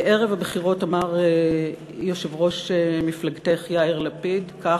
ערב הבחירות אמר יושב-ראש מפלגתך יאיר לפיד כך,